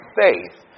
faith